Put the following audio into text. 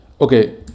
Okay